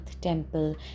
temple